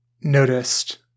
noticed